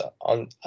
on